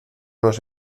nos